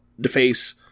deface